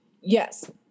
Yes